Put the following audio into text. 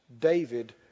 David